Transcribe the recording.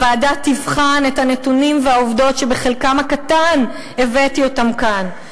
הוועדה תבחן את הנתונים והעובדות שאת חלקן הקטן הבאתי כאן,